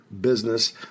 business